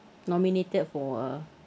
nominated for a